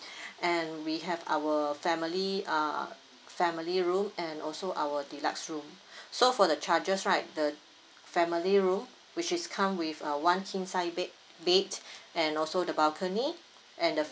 and we have our family uh family room and also our deluxe room so for the charges right the family room which is come with a one king size bed bed and also the balcony and the